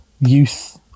youth